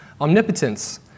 omnipotence